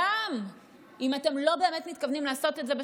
גם אם אתם לא באמת מתכוונים לעשות את זה,